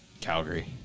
Calgary